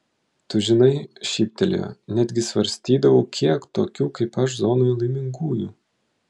tu žinai šyptelėjo netgi svarstydavau kiek tokių kaip aš zonoje laimingųjų